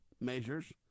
measures